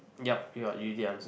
yup yeah you did answer